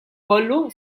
kollu